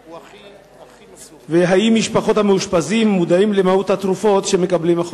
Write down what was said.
3. האם משפחות המאושפזים מודעים למהות התרופות שהחולים מקבלים?